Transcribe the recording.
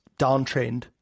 downtrend